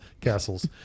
castles